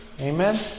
Amen